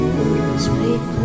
Speak